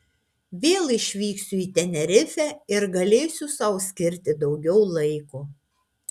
vėl išvyksiu į tenerifę ir galėsiu sau skirti daugiau laiko